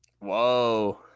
Whoa